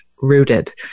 Rooted